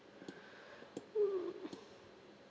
mm